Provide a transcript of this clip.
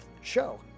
show